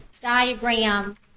diagram